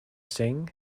singh